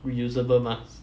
reusable mask